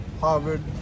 Harvard